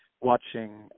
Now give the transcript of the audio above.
watching